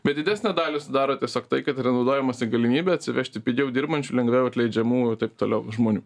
bet didesnę dalį sudaro tiesiog tai kad yra naudojamasi galimybe atsivežti pigiau dirbančių lengviau atleidžiamų ir taip toliau žmonių